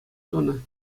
тунӑ